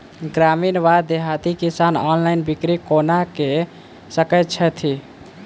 ग्रामीण वा देहाती किसान ऑनलाइन बिक्री कोना कऽ सकै छैथि?